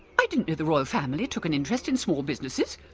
i didn't know the royal family took an interest in small businesses.